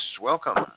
Welcome